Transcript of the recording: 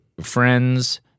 friends